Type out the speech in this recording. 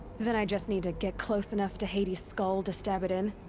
then i just need to get close enough to hades' skull to stab it in?